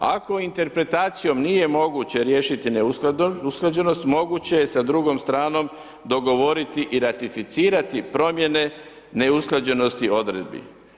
Ako interpretacijom nije moguće riješiti neusklađenost, moguće je sa drugom stranom dogovoriti i ratificirati promjene neusklađenosti odredbi.